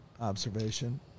observation